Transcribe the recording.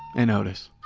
an otis.